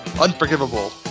Unforgivable